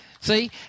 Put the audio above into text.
See